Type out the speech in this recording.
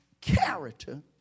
character